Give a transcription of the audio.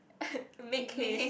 make haste